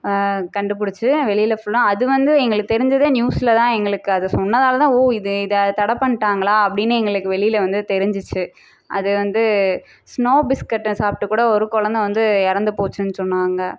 கண்டுபிடிச்சி வெளியில ஃபுல்லாக அது வந்து எங்களுக்கு தெரிஞ்சதே நியூஸ்ல தான் எங்களுக்கு அதை சொன்னதால்தான் ஓ இது இதை தடை பண்ணிட்டாங்களா அப்படின்னு எங்களுக்கு வெளியில வந்து தெரிஞ்சுச்சு அது வந்து ஸ்னோ பிஸ்கட்டை சாப்பிட்டு கூட ஒரு குலந்த வந்து இறந்துப்போச்சின்னு சொன்னாங்கள்